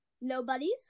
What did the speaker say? Nobody's